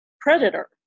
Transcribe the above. predator